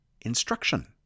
instruction